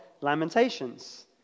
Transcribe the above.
Lamentations